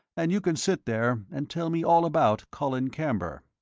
and you can sit there and tell me all about colin camber.